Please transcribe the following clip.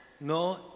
no